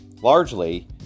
largely